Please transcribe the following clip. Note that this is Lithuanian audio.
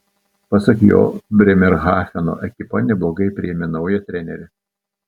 pasak jo brėmerhafeno ekipa neblogai priėmė naują trenerį